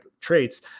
traits